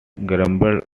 grumbled